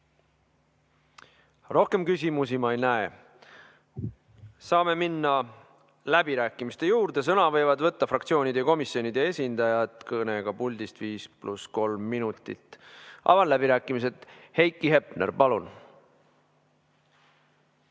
Rohkem küsimusi ma ei näe. Saame minna läbirääkimiste juurde. Sõna võivad võtta fraktsioonide ja komisjonide esindajad kõnega puldist viis pluss kolm minutit. Avan läbirääkimised. Heiki Hepner, palun!